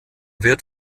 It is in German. wird